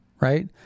right